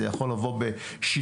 זה יכול לבוא בשיטפונות,